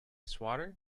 swatter